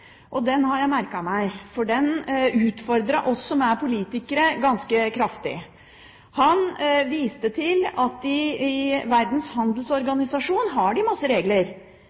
Den har jeg merket meg, for den utfordret oss som er politikere, ganske kraftig. Han viste til at Verdens handelsorganisasjon har en masse regler,